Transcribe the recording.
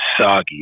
soggy